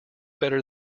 better